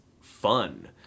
fun